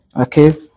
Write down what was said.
okay